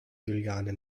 juliane